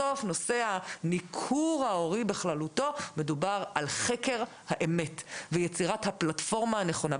בסוף נושא הניכור ההורי בכללותו הוא חקר האמת ויצירת הפלטפורמה הנכונה.